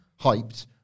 hyped